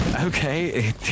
Okay